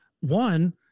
one